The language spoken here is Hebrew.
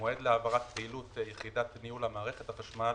המועד להעברת פעילות יחידת ניהול מערכת החשמל